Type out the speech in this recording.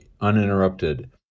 uninterrupted